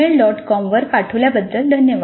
com वर पाठवल्याबद्दल धन्यवाद